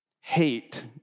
Hate